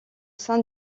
sein